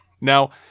Now